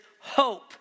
hope